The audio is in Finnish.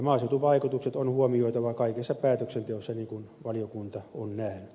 maaseutuvaikutukset on huomioitava kaikessa päätöksenteossa niin kuin valiokunta on nähnyt